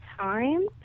time